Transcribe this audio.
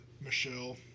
Michelle